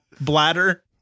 bladder